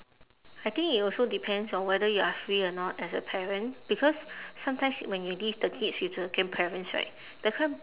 I think it also depends on whether you are free or not as a parent because sometimes when you leave the kids with the grandparents right the grand~